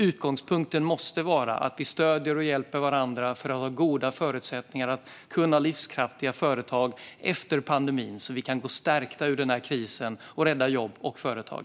Utgångspunkten måste vara att vi stöder och hjälper varandra med goda förutsättningar att kunna ha livskraftiga företag efter pandemin så att vi kan gå stärkta ur krisen och rädda jobb och företag.